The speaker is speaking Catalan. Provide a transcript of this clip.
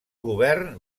govern